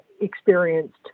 experienced